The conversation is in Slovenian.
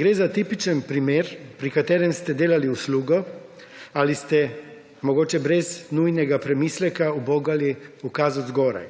Gre za tipičen primer, pri katerem ste delali uslugo ali ste mogoče brez nujnega premisleka ubogali ukaz od zgoraj.